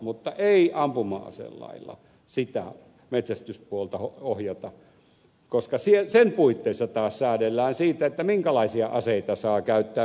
mutta ei ampuma aselailla sitä metsästyspuolta ohjata koska sen puitteissa taas säädellään siitä minkälaisia aseita saa käyttää minkäkinlaisessa jahdissa